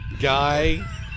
guy